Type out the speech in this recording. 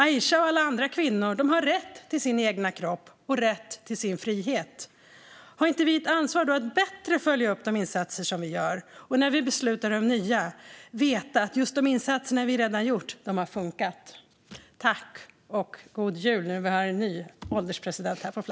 Aisha och alla andra kvinnor har rätt till sin egen kropp och rätt till sin frihet. Har vi då inte ett ansvar att bättre följa upp de insatser som görs och när vi beslutar om nya veta att de insatser som redan gjorts funkade? Tack och god jul!